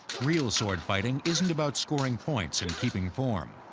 real sword fighting isn't about scoring points and keeping form.